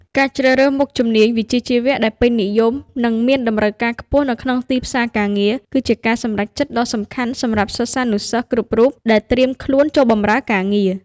ការជ្រើសរើសមុខជំនាញវិជ្ជាជីវៈដែលពេញនិយមនិងមានតម្រូវការខ្ពស់នៅក្នុងទីផ្សារការងារ គឺជាការសម្រេចចិត្តដ៏សំខាន់សម្រាប់សិស្សានុសិស្សគ្រប់រូបដែលត្រៀមខ្លួនចូលបម្រើការងារ។